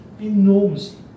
Enormously